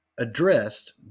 Addressed